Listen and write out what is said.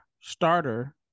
starter